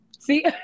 See